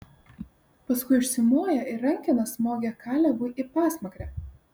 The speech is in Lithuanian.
paskui užsimoja ir rankena smogia kalebui į pasmakrę